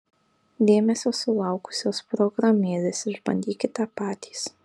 dėmesio sulaukusios programėlės išbandykite patys